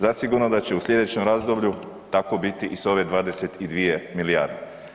Zasigurno da će u slijedećem razdoblju tako biti i sa ove 22 milijarde.